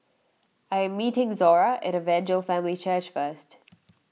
I am meeting Zora at Evangel Family Church first